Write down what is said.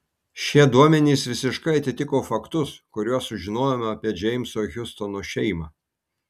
šie duomenys visiškai atitiko faktus kuriuos sužinojome apie džeimso hiustono šeimą